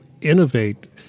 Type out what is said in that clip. innovate